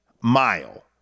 mile